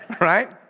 Right